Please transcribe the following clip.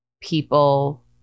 People